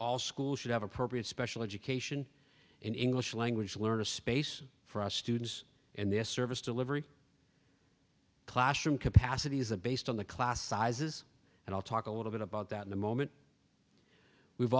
all schools should have appropriate special education in english language learners space for us today and the service delivery classroom capacity is a based on the class sizes and i'll talk a little bit about that in a moment we've